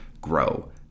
grow